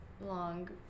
long